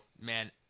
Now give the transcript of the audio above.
man